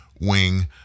wing